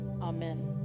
Amen